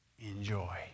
enjoy